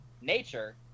nature